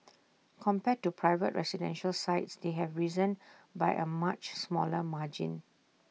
compared to private residential sites they have risen by A much smaller margin